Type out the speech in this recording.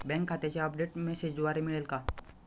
Bank खात्याचे update मेसेजद्वारे मिळेल का?